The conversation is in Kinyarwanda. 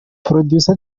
producer